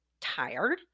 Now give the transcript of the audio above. tired